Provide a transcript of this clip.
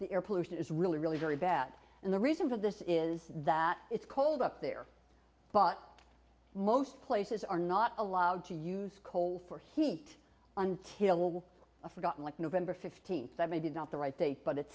the air pollution is really really very bad and the reason for this is that it's cold up there but most places are not allowed to use coal for heat until a forgotten like november fifteenth i did not the right date but it's